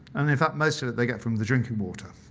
and in fact, most of it they get from the drinking water.